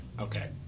Okay